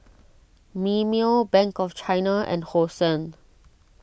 Mimeo Bank of China and Hosen